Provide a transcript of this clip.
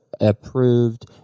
approved